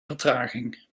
vertraging